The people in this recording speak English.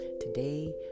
Today